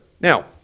now